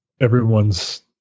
everyone's